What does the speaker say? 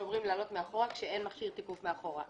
שאומרים לעלות מאחורה כאשר אין מכשיר תיקוף מאחורה.